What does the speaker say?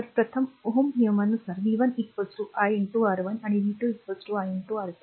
तर प्रथम ओहम्स नियमानुसार v 1 i R1 and v 2 i R2